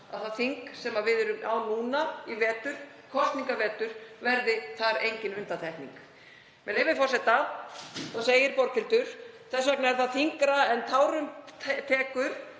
að það þing sem við erum á núna í vetur, kosningavetur, verði þar engin undantekning. Með leyfi forseta, segir Borghildur: „Þess vegna er það þyngra en tárum tekur